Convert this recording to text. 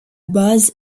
base